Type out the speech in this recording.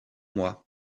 moi